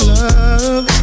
love